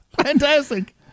Fantastic